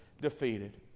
defeated